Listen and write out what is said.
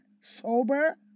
Sober